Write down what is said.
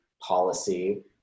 policy